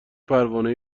پروانه